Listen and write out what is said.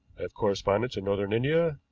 have correspondents in northern india,